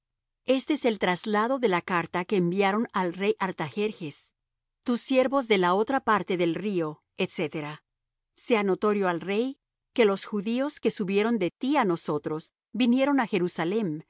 este es el traslado de la carta que enviaron al rey artajerjes tus siervos de otra la parte del río etcétera sea notorio al rey que los judíos que subieron de tí á nosotros vinieron á jerusalem